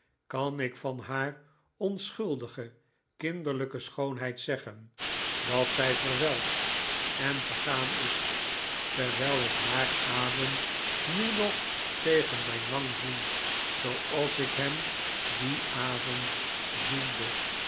kan ik van haar onschuldige kinderlijke schoonheid zeggen dat zij verwelkt en vergaan is terwijl ik haar adem nu nog tegen mijn wang voel zoo als ik hem dien avond voelde